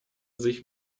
sich